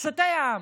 פשוטי העם.